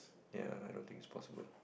ya I don't think it's possible